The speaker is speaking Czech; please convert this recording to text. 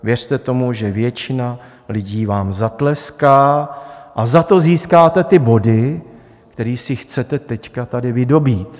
Věřte tomu, že většina lidí vám zatleská, a za to získáte ty body, které si chcete teď tady vydobýt.